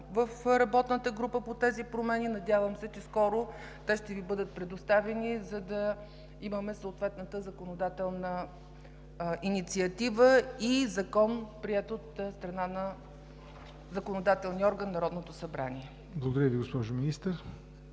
в работната група по тези промени продължава. Надявам се, че скоро те ще Ви бъдат предоставени, за да имаме съответната законодателна инициатива и закон, приет от страна на законодателния орган – Народното събрание. ПРЕДСЕДАТЕЛ ЯВОР НОТЕВ: